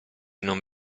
non